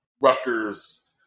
Rutgers